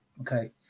okay